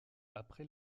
après